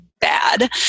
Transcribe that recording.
bad